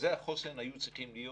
מרכזי החוסן היו צריכים להיות